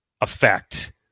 effect